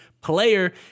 player